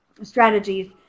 strategies